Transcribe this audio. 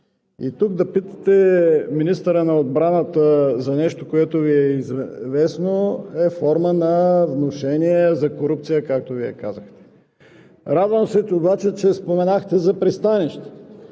И тук да питате министъра на отбраната за нещо, което Ви е известно, е форма на внушение за корупция, както Вие казахте. Радвам се обаче, че споменахте за пристанище,